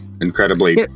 incredibly